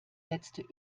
letzte